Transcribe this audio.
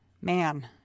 man